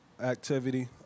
activity